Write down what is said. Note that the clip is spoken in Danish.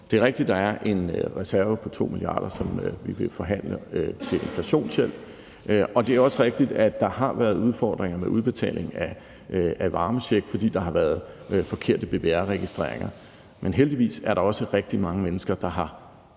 Det er rigtigt, at der er en reserve på 2 mia. kr., som vi vil forhandle i forhold til inflationshjælp, og det er også rigtigt, at der har været udfordringer med udbetalingen af varmecheck, fordi der har været forkerte BBR-registreringer. Men heldigvis er der også rigtig mange mennesker, der